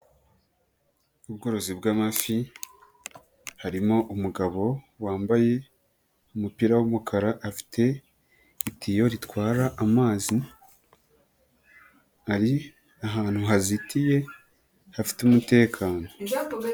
Ubworozi bw'amafi harimo umugabo wambaye umupira w'umukara, afite itiyo ritwara amazi ari ahantu hazitiye hafite umutekano.